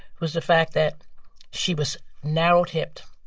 was the fact that she was narrow-hipped,